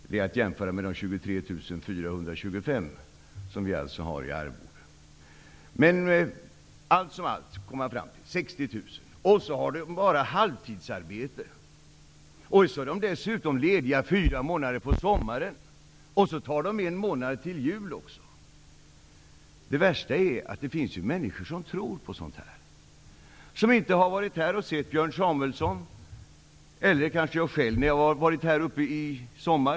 Det är att jämföra med de 23 425 kr som vi alltså har i arvode. Journalisten kom, allt som allt, fram till 60 000 kr. Han skrev också att ledamöterna bara har halvtidsarbete och dessutom är lediga fyra månader på sommaren och tar en månad ledigt vid jul också. Det värsta är att det finns människor som tror på sådant här. De har inte varit här och sett Björn Samuelson eller mig när vi har varit här uppe i sommar.